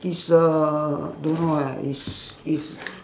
it's a don't know eh it's it's